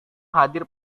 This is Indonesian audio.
hadir